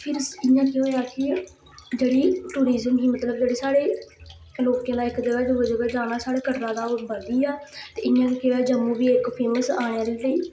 फिर इयां केह् होआ कि जेह्ड़ी टूरिजम ही मतलब जेह् सढ़े लोकें दा इक जगा दा दूई जगा जाना साढ़ा कटरा दा बधी गेआ ते इया केह् हो जम्मू बी फेमस आ